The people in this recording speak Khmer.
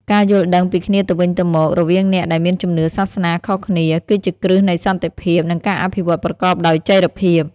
ការយល់ដឹងពីគ្នាទៅវិញទៅមក រវាងអ្នកដែលមានជំនឿសាសនាខុសគ្នា គឺជាគ្រឹះនៃសន្តិភាព និងការអភិវឌ្ឍប្រកបដោយចីរភាព។